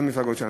למפלגות שלנו,